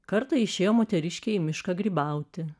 kartą išėjo moteriškė į mišką grybauti